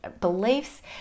beliefs